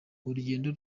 rugendo